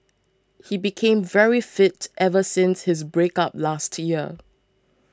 he became very fit ever since his breakup last year